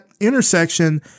intersection